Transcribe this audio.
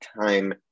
time